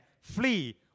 Flee